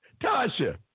Tasha